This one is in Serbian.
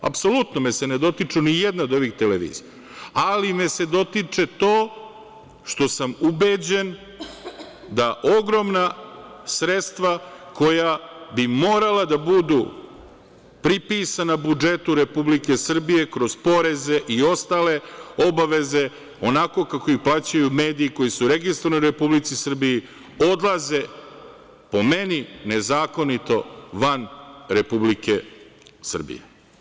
Apsolutno me se ne dotiču nijedne od ovih televizija, ali me se dotiče to što sam ubeđen da ogromna sredstava koja bi morala da budu pripisana budžetu Republike Srbije kroz poreze i ostale obaveze onako kako ih plaćaju mediji koji su registrovani u Republici Srbiji odlaze, po meni, nezakonito van Republike Srbije.